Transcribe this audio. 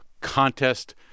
contest